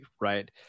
right